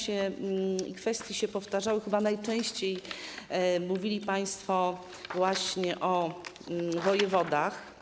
Niektóre kwestie się powtarzały, a chyba najczęściej mówili państwo właśnie o wojewodach.